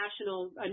national